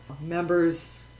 members